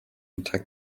attacked